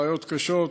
בעיות קשות,